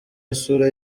isura